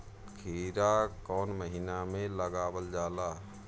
खीरा कौन महीना में लगावल जाला?